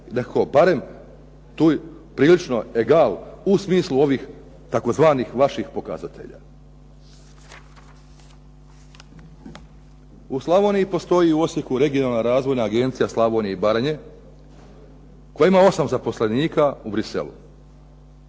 da barem tu prilično egal u smislu ovih tzv. vaših pokazatelja. U Slavoniji u Osijeku postoji Regionalna razvojna agencija Slavonije i Baranje koja ima 8 zaposlenika u Bruxellesu.